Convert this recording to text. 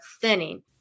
thinning